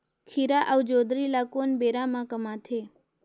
खीरा अउ जोंदरी ल कोन बेरा म कमाथे?